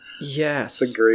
Yes